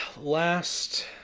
last